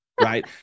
Right